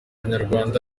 nyarwanda